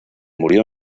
murió